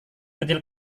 kecil